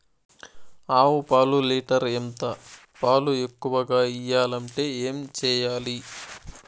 ఆవు పాలు లీటర్ ఎంత? పాలు ఎక్కువగా ఇయ్యాలంటే ఏం చేయాలి?